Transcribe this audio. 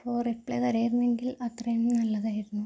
അപ്പോൾ റിപ്ലേ തരികയായിരുന്നെങ്കിൽ അത്രയും നല്ലതായിരുന്നു